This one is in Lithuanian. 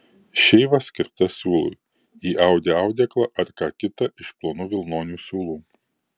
šeiva skirta siūlui jei audi audeklą ar ką kita iš plonų vilnonių siūlų